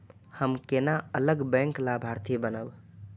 हम केना अलग बैंक लाभार्थी बनब?